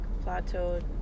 plateaued